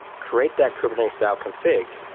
create that kubernetes dial config,